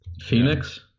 Phoenix